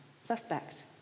suspect